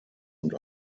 und